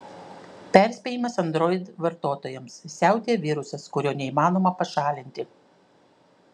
perspėjimas android vartotojams siautėja virusas kurio neįmanoma pašalinti